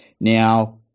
Now